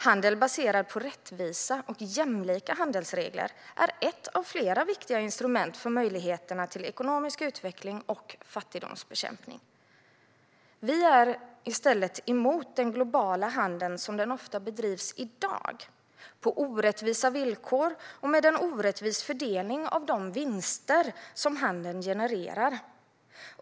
Handel baserad på rättvisa och jämlika handelsregler är ett av flera viktiga instrument för ekonomisk utveckling och fattigdomsbekämpning. Vi är dock emot den globala handeln som den ofta bedrivs i dag, på orättvisa villkor och med en orättvis fördelning av de vinster som handeln genererar.